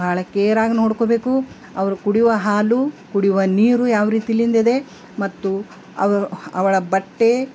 ಬಹಳ ಕೇರಾಗಿ ನೋಡ್ಕೊಬೇಕು ಅವ್ರು ಕುಡಿಯುವ ಹಾಲು ಕುಡಿಯುವ ನೀರು ಯಾವ್ರೀತಿಯಿಂದಿದೆ ಮತ್ತು ಅವರ ಅವಳ ಬಟ್ಟೆ